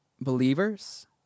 believers